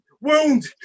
wound